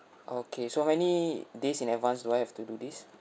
okay so how many days in advance do I have to do this